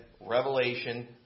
Revelation